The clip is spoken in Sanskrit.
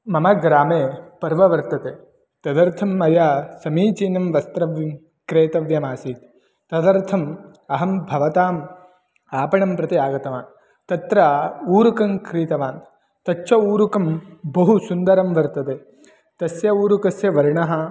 मम ग्रामे पर्व वर्तते तदर्थं मया समीचीनं वस्त्रं क्रेतव्यमासीत् तदर्थम् अहं भवताम् आपणं प्रति आगतवान् तत्र ऊरुकं क्रीतवान् तच्च ऊरुकं बहु सुन्दरं वर्तते तस्य ऊरुकस्य वर्णः